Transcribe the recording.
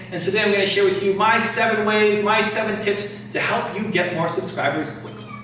and today i'm going to share with you my seven ways, my seven tips to help you get more subscribers quickly.